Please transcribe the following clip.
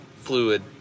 fluid